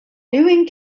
doing